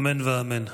אמן ואמן.